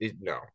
no